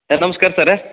sir ನಮ್ಸ್ಕಾರ sir